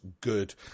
good